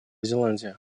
зеландия